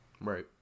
Right